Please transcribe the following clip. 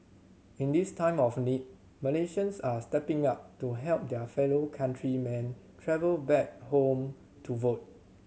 in this time of need Malaysians are stepping up to help their fellow countrymen travel back home to vote